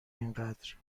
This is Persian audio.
اینقدر